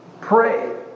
pray